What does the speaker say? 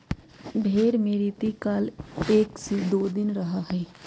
भेंड़ में रतिकाल एक से दो दिन रहा हई